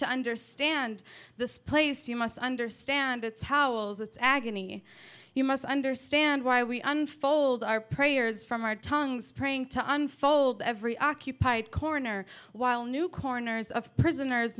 to understand this place you must understand its howells its agony you must understand why we unfold our prayers from our tongues praying to unfold every occupied corner while new corners of prisoner